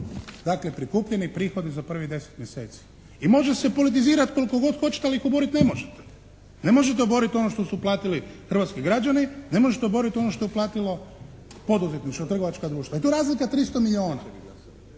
dakle prikupljeni prihodi za prvih 10 mjeseci. I može se politizirati koliko god hoćete ali ih oboriti ne možete. Ne možete oboriti ono što su platili hrvatski građani, ne možete oboriti ono što je platilo poduzetništvo, trgovačka društva. I to je razlika 300 milijuna.